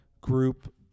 group